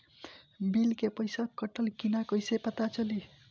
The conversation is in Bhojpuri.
बिल के पइसा कटल कि न कइसे पता चलि?